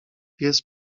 pies